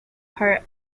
part